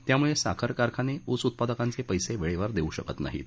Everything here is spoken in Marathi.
त्यामुळे साखर कारखाने ऊस उत्पादकांचे पैसे वेळेवर देऊ शकत नाहीत